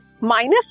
minus